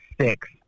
six